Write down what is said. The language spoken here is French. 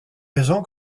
raisons